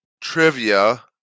trivia